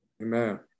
Amen